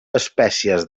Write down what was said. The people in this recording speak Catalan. espècies